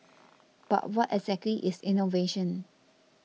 but what exactly is innovation